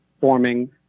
forming